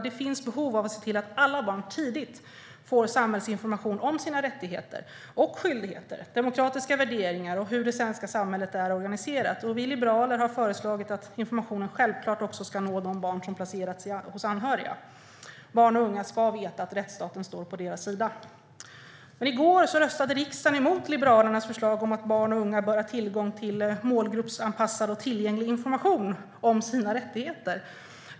Det finns behov av att se till att alla barn tidigt får samhällsinformation om sina rättigheter och skyldigheter, om demokratiska värderingar och om hur det svenska samhället är organiserat. Vi liberaler har föreslagit att informationen också ska nå de barn som placerats hos anhöriga. Vi ser detta som självklart. Barn och unga ska veta att rättsstaten står på deras sida. Men i går röstade riksdagen emot Liberalernas förslag om att barn och unga ska ha tillgång till målgruppsanpassad och tillgänglig information om sina rättigheter.